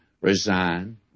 resign